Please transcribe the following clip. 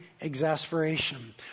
exasperation